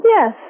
yes